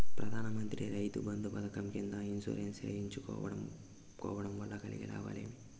ప్రధాన మంత్రి రైతు బంధు పథకం కింద ఇన్సూరెన్సు చేయించుకోవడం కోవడం వల్ల కలిగే లాభాలు ఏంటి?